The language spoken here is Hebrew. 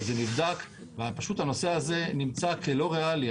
אבל זה נבדק והנושא הזה נמצא כלא ריאלי.